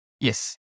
Yes